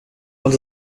want